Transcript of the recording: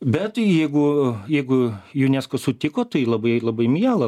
bet jeigu jeigu unesco sutiko tai labai labai miela